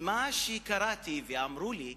ממה שקראתי ואמרו לי,